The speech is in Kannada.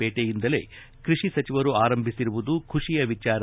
ಪೇಟೆಯಿಂದಲೇ ಕೃಷಿ ಸಚಿವರು ಆರಂಭಿಸಿರುವುದು ಖುಷಿಯ ವಿಚಾರ